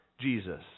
Jesus